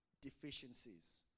deficiencies